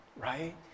Right